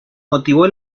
motivó